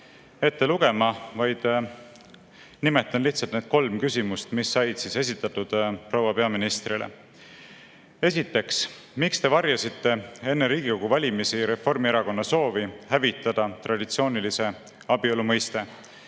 ette lugema, vaid nimetan lihtsalt need kolm küsimust, mis said esitatud proua peaministrile. Esiteks, miks te varjasite enne Riigikogu valimisi Reformierakonna soovi hävitada traditsioonilise abielu mõiste?